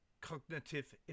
cognitive